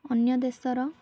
ଅନ୍ୟ ଦେଶର